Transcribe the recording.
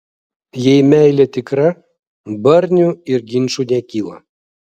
jei meilė tikra barnių ir ginčų nekyla